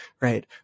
right